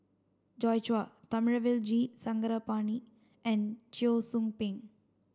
Joi Chua Thamizhavel G Sarangapani and Cheong Soo Pieng